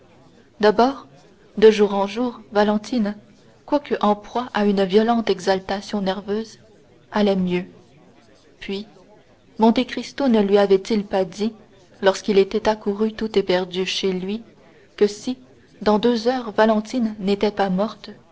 d'abord de jour en jour valentine quoique en proie à une violente exaltation nerveuse allait mieux puis monte cristo ne lui avait-il pas dit lorsqu'il était accouru tout éperdu chez lui que si dans deux heures valentine n'était pas morte